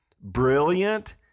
Brilliant